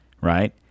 Right